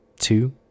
two